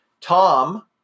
Tom